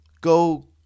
Go